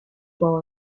boy